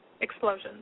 explosions